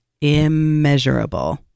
immeasurable